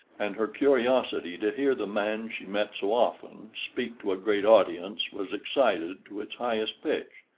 and her curiosity to hear the man she met so often speak to a great audience was excited to its highest pitch.